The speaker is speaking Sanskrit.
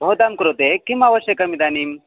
भवतां कृते किम् आवश्यकम् इदानीं